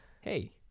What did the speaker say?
Hey